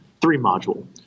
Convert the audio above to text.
three-module